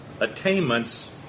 attainments